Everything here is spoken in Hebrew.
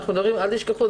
אל תשכחו,